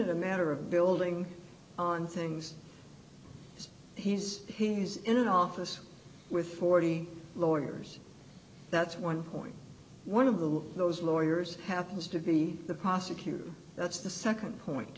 isn't a matter of building on things he's he's in an office with forty lawyers that's one point one of the those lawyers happens to be the prosecutor that's the nd point